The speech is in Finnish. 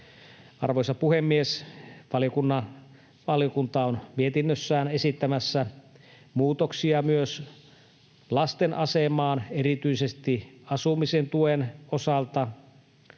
Arvoisa puhemies! Valiokunta on mietinnössään esittämässä muutoksia myös lasten asemaan erityisesti asumisen tuen osalta,